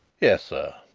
yes, sir.